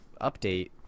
update